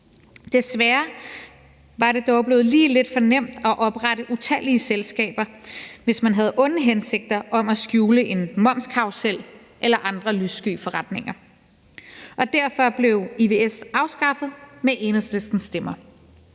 Desværre var det dog blevet lige lidt for nemt at oprette utallige selskaber, hvis man havde onde hensigter om at skjule en momskarrusel eller andre lyssky forretninger. Og derfor blev ivs afskaffet med Enhedslistens stemmer.